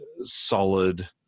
solid